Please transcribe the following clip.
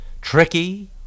tricky